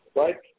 right